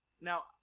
Now